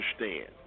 understand